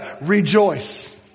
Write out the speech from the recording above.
rejoice